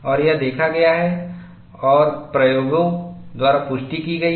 और यह देखा गया है और प्रयोगों द्वारा पुष्टि की गई है